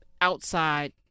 outside